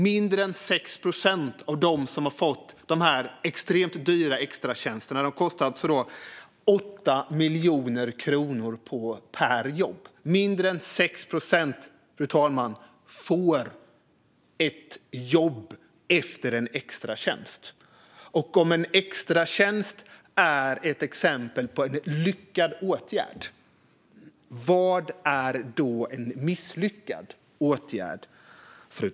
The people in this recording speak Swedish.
Mindre än 6 procent av dem som har fått de extremt dyra extratjänsterna, som har kostat 8 miljoner kronor per jobb, har fått ett jobb efteråt. Om en extratjänst är ett exempel på en lyckad åtgärd, fru talman, vad är då en misslyckad åtgärd?